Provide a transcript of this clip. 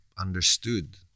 understood